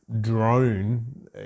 drone